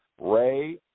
Ray